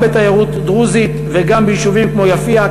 גם בתיירות דרוזית וגם ביישובים כמו יפיע,